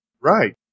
Right